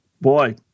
Boy